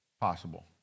possible